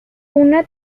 una